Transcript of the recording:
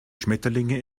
schmetterlinge